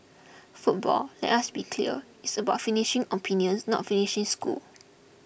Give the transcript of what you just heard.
football let us be clear is about finishing opponents not finishing school